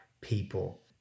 people